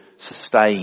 Sustain